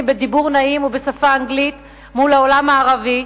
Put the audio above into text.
בדיבור נעים ובשפה האנגלית מול העולם המערבי,